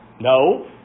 No